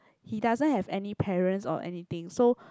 he doesn't have any parents or anything so